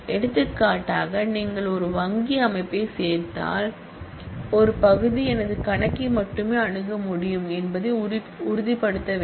எடுத்துக்காட்டாக நீங்கள் ஒரு வங்கிச் அமைப்பைச் சேர்த்தால் ஒரு பகுதி எனது கணக்கை மட்டுமே அணுக முடியும் என்பதை உறுதிப்படுத்த வேண்டும்